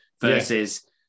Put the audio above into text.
versus